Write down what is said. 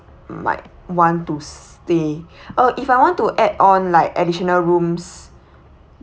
might want to stay uh if I want to add on like additional rooms